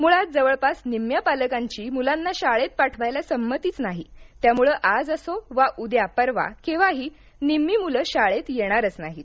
मुळात जवळपास निम्म्या पालकांची मुलांना शाळेत पाठवायला संमतीच नाही त्यामुळे आज असो वा उद्या परवा केव्हाही निम्मी मुलं शाळेत येणारच नाहीत